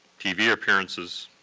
tv appearances